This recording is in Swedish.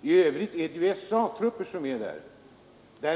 men det är USA-trupper som är där.